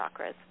chakras